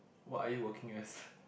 what are you working as